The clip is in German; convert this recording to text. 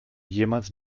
jemals